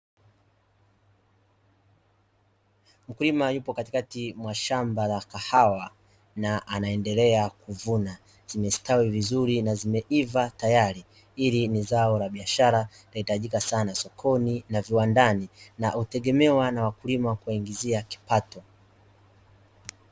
Mkulima yupo katikati mwa shamba la kahawa na anaendelea kuvuna, zimestawi vizuri na zimeiva tayari. Hili ni zao la biashara linahitajika sana sokoni na viwandani, na hutegemewa na wakulima kuwaingizia kipato.